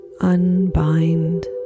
Unbind